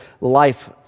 life